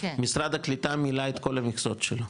משרד הקליטה מילא את כל המכסות שלו,